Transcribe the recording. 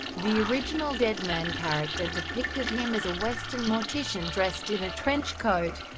the original deadman character depicted him as a western mortician dressed in a trench coat,